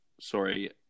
sorry